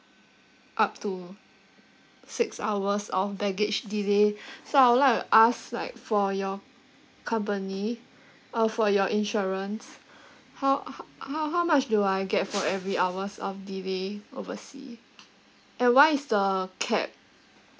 up to six hours of baggage delay so I would like to ask like for your company uh for your insurance how ho~ how how much do I get for every hours of delay oversea and what is the cap